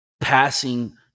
passing